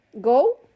Go